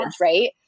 Right